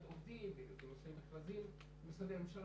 עובדים ובנושא מכרזים במשרדי הממשלה,